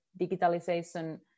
digitalization